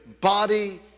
body